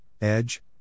Edge